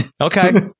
Okay